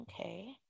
okay